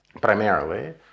primarily